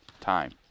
time